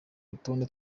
rutonde